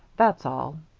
that's all.